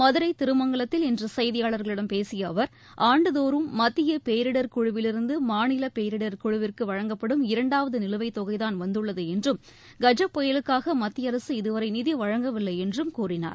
மதுரை திருமங்கலத்தில் இன்று செய்தியாளர்களிடம் பேசிய அவர் ஆண்டுதோறும் மத்திய பேரிடர் குழுவிலிருந்து மாநில பேரிடர் குழுவிற்கு வழங்கப்படும் இரண்டாவது நிலுவைத்தொகைதான் வந்துள்ளது என்றும் கஜ புயலுக்காக மத்திய அரசு இதுவரை நிதி வழங்கவில்லை என்றும் கூறினார்